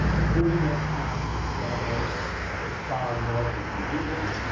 during that time he traveled as far north as new england,